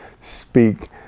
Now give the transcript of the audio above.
speak